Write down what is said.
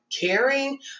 caring